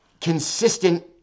consistent